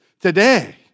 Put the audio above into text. today